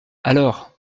alors